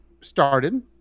started